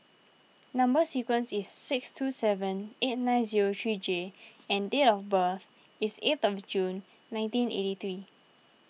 Number Sequence is six two seven eight nine zero three J and date of birth is eighth of June nineteen eighty three